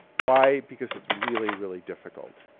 why? because it's really, really difficult.